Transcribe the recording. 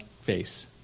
face